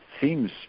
seems